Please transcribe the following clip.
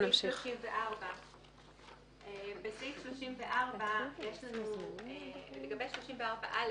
לסעיף 34. לגבי סעיף 34(א).